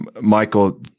Michael